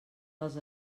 dels